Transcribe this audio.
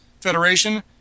Federation